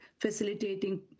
facilitating